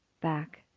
back